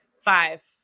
Five